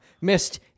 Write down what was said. Missed